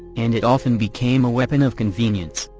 and it often became a weapon of convenience.